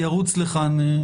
אתם רוצים שנגמור את החוק.